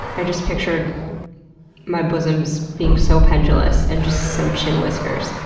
i just pictured my bosoms being so pendulous, and just some chin whiskers.